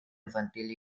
infantil